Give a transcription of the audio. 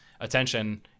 attention